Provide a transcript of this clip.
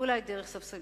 אולי דרך ספסלי